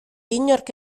inork